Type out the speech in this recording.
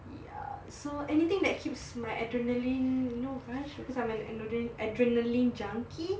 ya so anything that keeps my adrenaline you know rush because I'm an adrenaline junkie